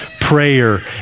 prayer